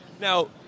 Now